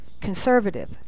conservative